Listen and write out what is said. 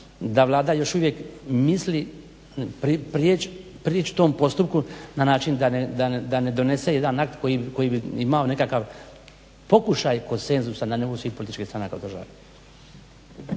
da Vlada još uvijek misli prići tom postupku na način da ne donese jedan akt koji bi imao nekakav pokušaj konsenzusa na nivou svih političkih stranaka u državi.